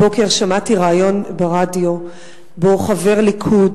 הבוקר שמעתי ריאיון ברדיו שבו חבר ליכוד